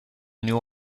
new